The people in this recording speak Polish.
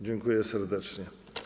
Dziękuję serdecznie.